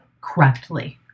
Correctly